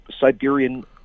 Siberian